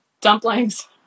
Dumplings